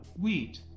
wheat